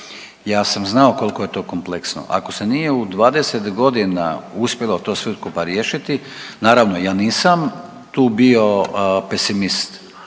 Ja sam znao koliko je to kompleksno, ako se nije u 20 godina uspjelo to sve skupa riješiti naravno ja nisam tu bio pesimist,